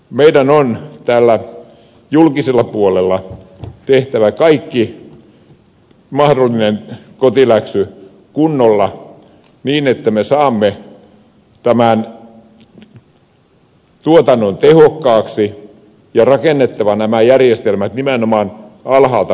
meidän on tällä julkisella puolella tehtävä kaikki mahdollinen kotiläksy kunnolla niin että me saamme tämän tuotannon tehokkaaksi ja rakennettava nämä järjestelmät nimenomaan alhaalta ylöspäin